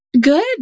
Good